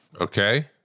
Okay